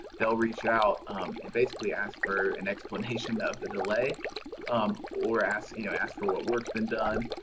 they'll reach out and basically ask for an explanation of the delay um or ask you know ask for what work's been done.